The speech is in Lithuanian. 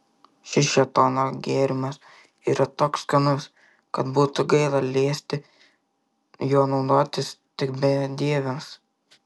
šis šėtono gėrimas yra toks skanus kad būtų gaila leisti juo naudotis tik bedieviams